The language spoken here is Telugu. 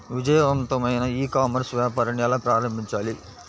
విజయవంతమైన ఈ కామర్స్ వ్యాపారాన్ని ఎలా ప్రారంభించాలి?